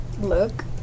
Look